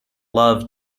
loved